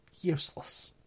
useless